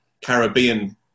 Caribbean